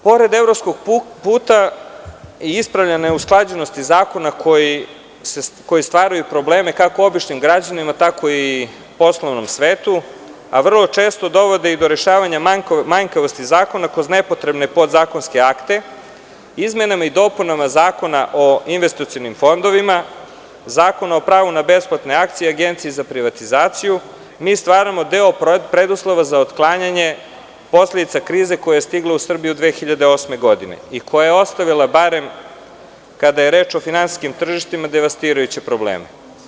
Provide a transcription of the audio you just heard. Pored evropskog puta i neusklađenosti zakona, koji stvaraju probleme, kako običnim građanima, tako i poslovnom svetu, a vrlo često dovode i do rešavanja manjkavosti zakona kroz nepotrebne podzakonske akte, izmenama i dopunama Zakona o investicionim fondovima, Zakona o pravu na besplatne akcije, Agencije za privatizaciju, mi stvaramo deo preduslova za otklanjanje posledica krize koja je stigla u Srbiju 2008. godine i koja je ostavila, barem kada je reč o finansijskim tržištima, devastirajuće probleme.